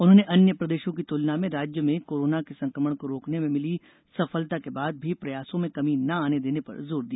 उन्होंने अन्य प्रदेशों की तुलना में राज्य में कोरोना के संकमण को रोकने में मिली सफलता के बाद भी प्रयासों में कमी न आने देने पर जोर दिया